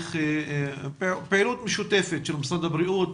מצריך פעילות משותפת של משרד הבריאות,